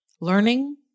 Learning